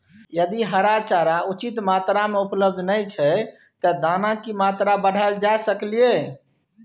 यदि हरा चारा उचित मात्रा में उपलब्ध नय छै ते दाना की मात्रा बढायल जा सकलिए?